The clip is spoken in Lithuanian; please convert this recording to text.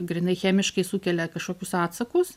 grynai chemiškai sukelia kažkokius atsakus